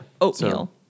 oatmeal